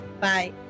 Bye